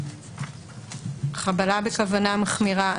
חבלה בכוונה מחמירה.